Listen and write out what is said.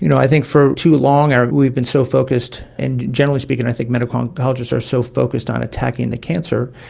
you know i think for too long we've been so focused, and generally speaking i think medical oncologists are so focused on attacking the cancer,